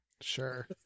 Sure